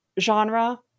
genre